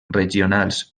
regionals